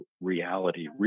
reality